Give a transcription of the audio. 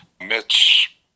Mitch